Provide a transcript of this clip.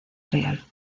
real